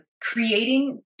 creating